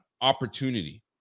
opportunity